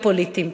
הפוליטיים: